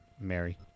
mary